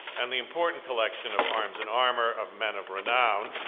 and the important collection of arms and armor of men of renown,